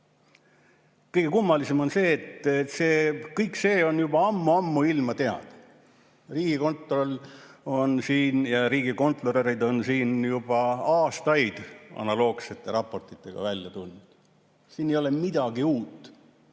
Kõige kummalisem on see, et see kõik on juba ammuilma teada. Riigikontroll ja riigikontrolörid on siin juba aastaid analoogsete raportitega välja tulnud, siin ei ole midagi uut.